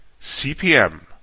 CPM